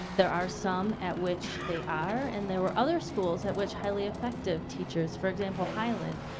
there are some at which they are and there were other schools at which highly effective teachers, for example highland,